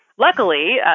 Luckily